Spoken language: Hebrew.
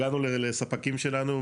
הגענו לספקים שלנו,